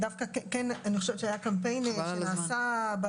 וכל העניין החשוב הוא זה לאזן את זה בצד